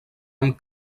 amb